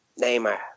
Neymar